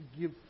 give